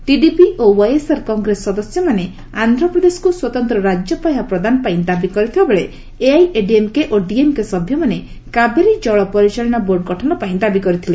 TDP ଓ YSR Congress ସଦସ୍ୟମାନେ ଆନ୍ଧ୍ରପ୍ରଦେଶକୁ ସ୍ୱତନ୍ତ ରାଜ୍ୟ ପାହ୍ୟା ପ୍ରଦାନପାଇଁ ଦାବି କରିଥିବାବେଳେ ଏଆଇଏଡିଏମ୍କେ ଓ ଡିଏମ୍କେ ସଭ୍ୟମାନେ କାବେରୀ ଜଳ ପରିଚାଳନା ବୋର୍ଡ଼ ଗଠନପାଇଁ ଦାବି କରିଥିଲେ